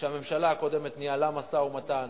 שהממשלה הקודמת ניהלה משא-ומתן